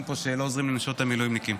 פה שלא עוזרים לנשות המילואימניקים.